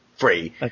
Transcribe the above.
Free